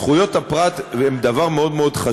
זכויות הפרט הן דבר חשוב מאוד מאוד,